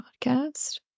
podcast